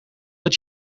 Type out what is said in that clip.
het